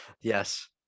yes